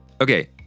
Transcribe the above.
Okay